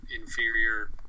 inferior